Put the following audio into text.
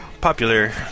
popular